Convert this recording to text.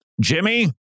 Jimmy